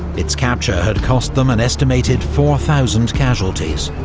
its capture had cost them an estimated four thousand casualties,